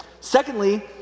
Secondly